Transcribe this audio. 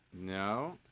No